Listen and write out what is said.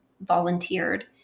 volunteered